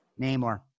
Namor